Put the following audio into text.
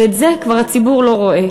ואת זה הציבור כבר לא רואה,